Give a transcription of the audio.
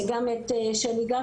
גם את --- גפני,